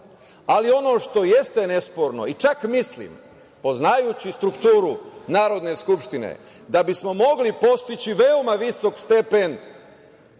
ali ono što jeste nesporno i čak mislim, poznajući strukturu Narodne skupštine da bismo mogli postići veoma visok stepen